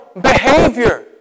behavior